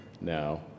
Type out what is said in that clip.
now